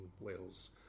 Wales